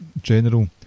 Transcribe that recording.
general